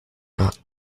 not